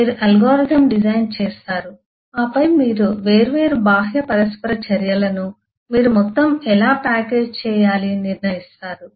మీరు algorithm design చేస్తారు ఆపై మీరు వేర్వేరు బాహ్య పరస్పర చర్యలను మీరు మొత్తం ఎలా ప్యాకేజీ చేయాలి నిర్ణయిస్తారు